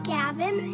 Gavin